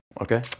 Okay